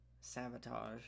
sabotage